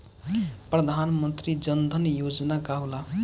प्रधानमंत्री जन धन योजना का होला?